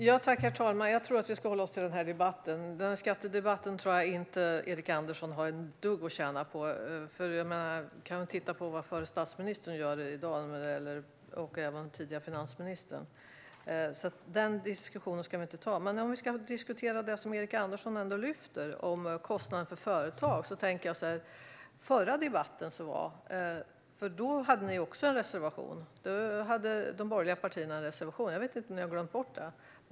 Herr talman! Jag tror att vi ska hålla oss till den här debatten. Skattedebatten tror jag inte att Erik Andersson har ett dugg att tjäna på. Vi kan titta på vad förre statsministern gör i dag, och även tidigare finansministern. Så den diskussionen ska vi inte ta. Men om vi ska diskutera det som Erik Andersson ändå lyfter, om kostnaden för företag, tänker jag så här: I den förra debatten hade de borgerliga partierna också en reservation. Jag vet inte om ni har glömt bort det.